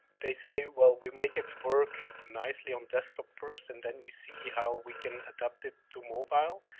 they say well, we make it work nicely on desktop first and then we see how we can adapt it to mobile'.